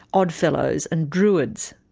oddfellows and druids.